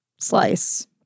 Slice